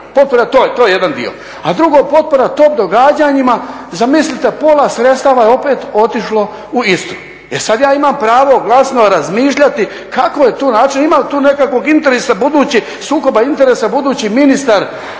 županije. To je jedan dio. A drugo, potpora od … događanjima, zamislite pola sredstava je opet otišlo u Istru. E sad ja imam pravo glasno razmišljati kakav je to način, ima li tu nekakvog interesa, sukoba interesa budući ministar